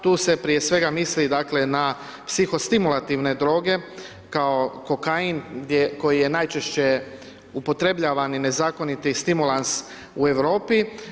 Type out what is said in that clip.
Tu se prije svega misli dakle na psihostimulativne droge kao kokain koji je najčešće upotrebljavan i nezakoniti stimulans u Europi.